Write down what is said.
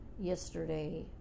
Yesterday